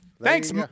Thanks